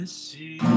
see